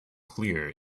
clear